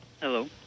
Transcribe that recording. Hello